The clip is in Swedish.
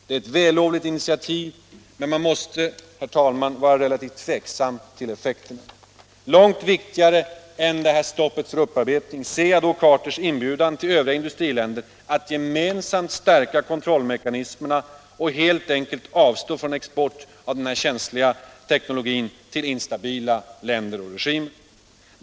Det är ett vällovligt initiativ, men man måste vara relativt tveksam om effekterna. Långt viktigare än detta stopp för upparbetning ser jag då Carters inbjudan till övriga industriländer att gemensamt stärka kontrollmekanismerna och helt enkelt avstå från export av så känslig teknologi till instabila länder och regimer.